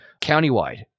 countywide